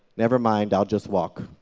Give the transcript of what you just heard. never mind, i'll just walk.